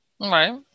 Right